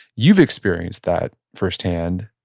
you've experienced that first hand